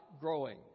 growing